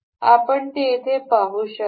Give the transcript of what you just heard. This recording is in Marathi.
आपण ते येथे पाहू शकता